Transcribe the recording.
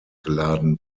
geladen